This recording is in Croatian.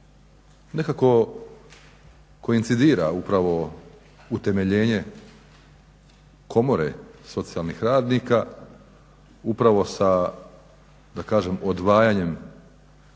Nekako, koincidira upravo utemeljenje komore socijalnih radnika upravo sa, da kažem odvajanjem